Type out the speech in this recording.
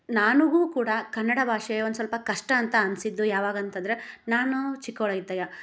ನನಗೂ ಕೂಡ ಕನ್ನಡ ಭಾಷೆ ಒಂದು ಸ್ವಲ್ಪ ಕಷ್ಟ ಅಂತ ಅನ್ಸಿದ್ದು ಯಾವಾಗ ಅಂತಂದ್ರೆ ನಾನು ಚಿಕ್ಕವಳಿದ್ದಾಗ